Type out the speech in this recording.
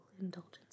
indulgence